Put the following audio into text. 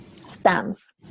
stance